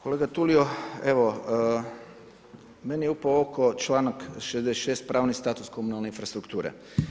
Kolega Tulio evo meni je upao u oko članak 66. pravni status komunalne infrastrukture.